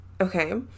Okay